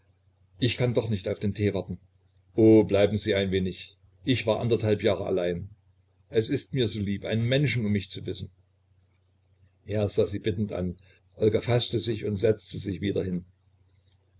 ich kann doch nicht auf den tee warten oh bleiben sie ein wenig ich war anderthalb jahre allein es ist mir so lieb einen menschen um mich zu wissen er sah sie bittend an olga faßte sich und setzte sich wieder hin